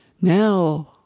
Now